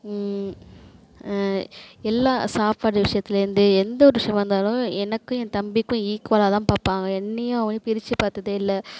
எல்லா சாப்பாடு விஷயத்தில் எந்த எந்த ஒரு விஷயமாக இருந்தாலும் எனக்கும் என் தம்பிக்கும் ஈக்குவலாகதான் பார்ப்பாங்க என்னையும் அவனையும் பிரிச்சு பார்த்ததே இல்லை